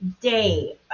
day